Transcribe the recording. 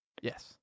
yes